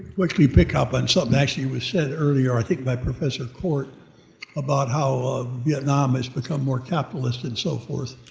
which we pick up and something actually was said earlier, i think by professor kort about how vietnam has become more capitalist and so forth.